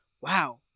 wow